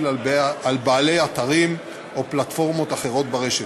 על בעלי אתרים או פלטפורמות אחרות ברשת.